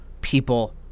People